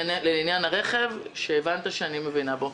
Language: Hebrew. אני חוזרת לעניין הרכב, שהבנת שאני מבינה בו.